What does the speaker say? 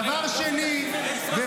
אגף התקציבים --- דבר שני -- אתם חיים בסרט.